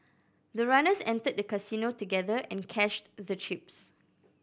the runners entered the casino together and cashed the chips